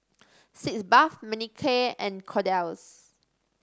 Sitz Bath Manicare and Kordel's